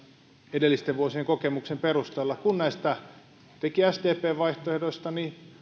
edellisten vuosien kokemusten perusteella kun etenkin näistä sdpn vaihtoehdoista